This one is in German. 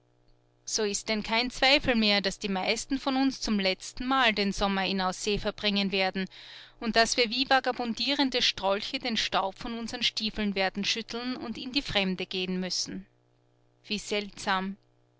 so ist denn kein zweifel mehr daß die meisten von uns zum letztenmal den sommer in aussee verbringen werden und daß wir wie vagabundierende strolche den staub von unseren stiefeln werden schütteln und in die fremde gehen müssen wie seltsam